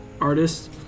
artists